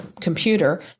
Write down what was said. computer